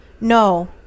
No